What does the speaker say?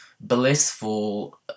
blissful